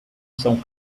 são